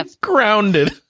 Grounded